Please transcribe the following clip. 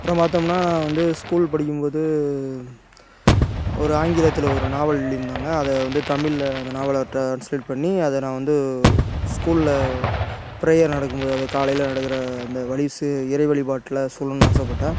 அப்புறம் பார்த்தோம்னா நான் வந்து ஸ்கூல் படிக்கும் போது ஒரு ஆங்கிலத்தில் ஒரு நாவல் எழுதியிருந்தாங்க அதை வந்து தமிழில் அந்த நாவலை ட்ரான்ஸ்லேட் பண்ணி அதை நான் வந்து ஸ்கூலில் பிரேயர் நடக்கும் போது அதை காலையில் நடக்கிற அந்த வழி சு இறைவழிபாட்டில் சொல்லணுன்னு ஆசைப்பட்டேன்